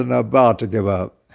and about to give about